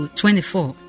24